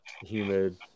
humid